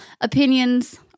opinions